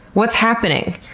what's happening?